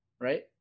Right